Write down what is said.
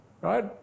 right